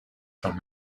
from